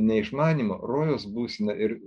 neišmanymą rojaus būseną ir